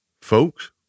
folks